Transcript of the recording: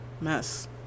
Mess